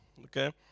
okay